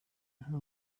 who